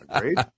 Great